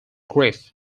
grief